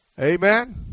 Amen